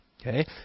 Okay